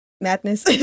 madness